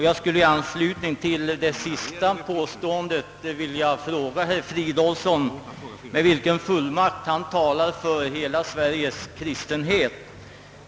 Jag skulle i anslutning till det sistnämnda påståendet vilja fråga herr Fridolfsson med vilken fullmakt han talar för hela Sveriges kristenhet.